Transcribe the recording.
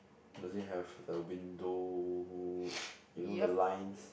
does it have a window you know the lines